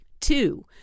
Two